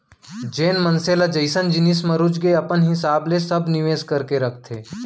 जेन मनसे ल जइसन जिनिस म रुचगे अपन हिसाब ले सब निवेस करके रखथे